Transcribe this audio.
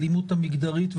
האלימות המגדרית,